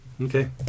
Okay